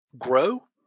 grow